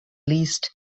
least